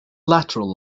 lateral